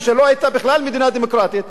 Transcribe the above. כשלא היתה בכלל מדינה דמוקרטית,